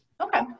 Okay